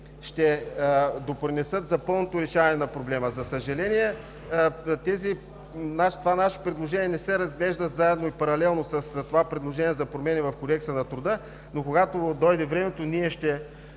ще допринесат за пълното решаване на проблема. За съжаление, това наше предложение не се разглежда заедно и паралелно с предложението за промени в Кодекса на труда, но когато дойде времето, ние ще